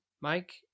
Mike